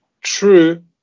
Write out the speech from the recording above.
true